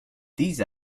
these